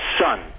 son